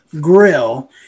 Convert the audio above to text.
Grill